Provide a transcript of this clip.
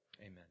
Amen